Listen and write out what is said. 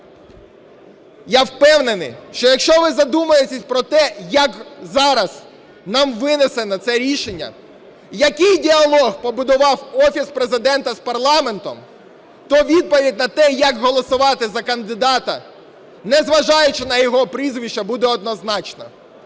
Я впевнений, що якщо ви задумаєтесь про те, як зараз нам винесено це рішення, який діалог побудував Офіс Президента з парламентом, то відповідь на те, як голосувати за кандидата, незважаючи на його прізвище, буде однозначна: